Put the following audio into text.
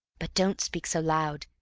but don't speak so loud.